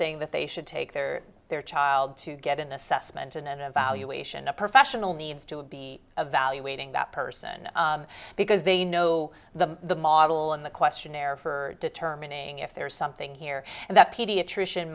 thing that they should take their their child to get an assessment and an evaluation a professional needs to be evaluating that person because they know the model and the questionnaire for determining if there is something here and that pediatrician